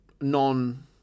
non